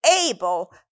able